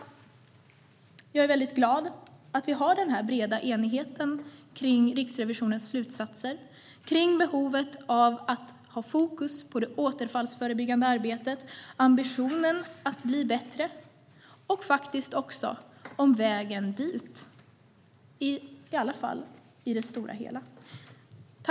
Jag är glad att vi har den här breda enigheten kring Riksrevisionens slutsatser, behovet av att ha fokus på det återfallsförebyggande arbetet och ambitionen att bli bättre och om vägen dit, i alla fall i det stora hela.